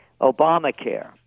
Obamacare